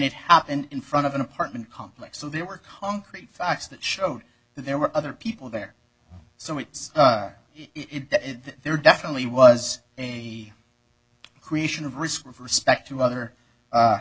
it happened in front of an apartment complex so they work on create facts that showed that there were other people there so it's there definitely was a creation of risk with respect to other